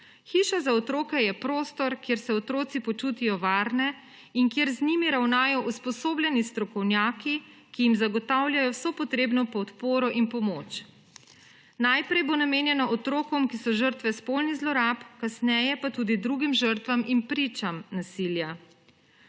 Hiša za otroke je prostor, kjer se otroci počutijo varne in kjer z njimi ravnajo usposobljeni strokovnjaki, ki jim zagotavljajo vso potrebno podporo in pomoč. Najprej bo namenjena otrokom, ki so žrtve spolnih zlorab, kasneje pa tudi drugim žrtvam in pričam nasilja.